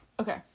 Okay